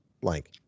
blank